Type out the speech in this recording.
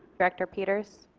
director peters